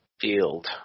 field